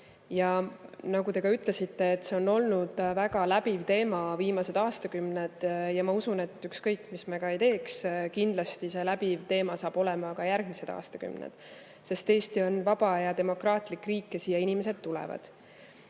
Nagu te ka ütlesite, see on olnud väga läbiv teema viimased aastakümned. Ma usun, et ükskõik, mis me ka ei teeks, kindlasti see saab läbiv teema olema ka järgmised aastakümned, sest Eesti on vaba ja demokraatlik riik ja siia inimesed tulevad. Mis